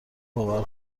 باور